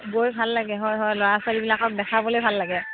গৈ ভাল লাগে হয় হয় ল'ৰা ছোৱালীবিলাকক দেখাবলৈ ভাল লাগে